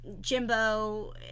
Jimbo